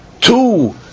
two